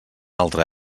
altra